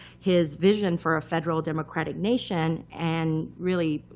his vision for a federal democratic nation, and really,